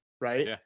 right